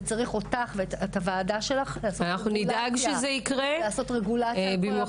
וצריך אותך ואת הוועדה שלך כדי לעשות רגולציה.